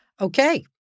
Okay